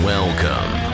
Welcome